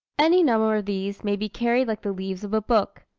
any number of these may be carried like the leaves of a book,